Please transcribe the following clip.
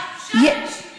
גם שם אין שוויון.